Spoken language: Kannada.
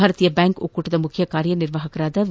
ಭಾರತೀಯ ಬ್ಯಾಂಕ್ ಒಕ್ಕೂಟದ ಮುಖ್ಯ ಕಾರ್ಯ ನಿರ್ವಾಹಕರಾದ ವಿ